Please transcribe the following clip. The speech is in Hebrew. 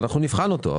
נבחן אותו,